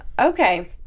Okay